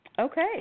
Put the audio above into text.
Okay